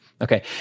Okay